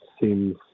seems